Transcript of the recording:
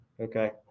Okay